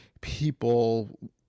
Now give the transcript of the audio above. people